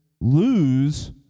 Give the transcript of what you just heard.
lose